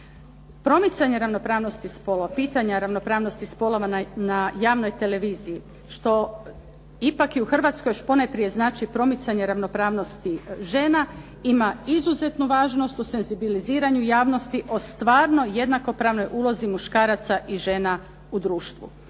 pitanja ravnopravnosti spolova na javnoj televiziji, što ipak i u Hrvatskoj još ponajprije znači promicanje ravnopravnosti žena ima izuzetnu važnost u senzibiliziranju javnosti o stvarno jednakopravnoj ulozi muškaraca i žena u društvu.